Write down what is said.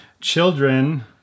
Children